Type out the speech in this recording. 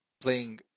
playing